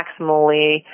maximally